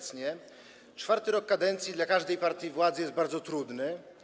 Czwarty rok kadencji dla każdej partii władzy jest bardzo trudny.